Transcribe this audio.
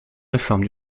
réforme